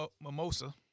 mimosa